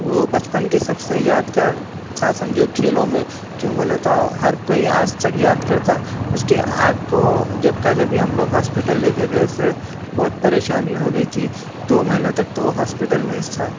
وہ بچپن کی سب سے یادگار تھا سمجھو کھیلوں میں کیوں بولے تو ہر کوئی آج تک یاد کرتا اس کی آنکھ کو وہ جب کا جبھی ہم لوگ ہاسپٹل لے کے گئے اسے بہت پریشانی ہو گئی تھی دو مہینے تک تو وہ ہاسپٹل میں ہی تھا